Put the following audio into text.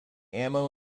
ammo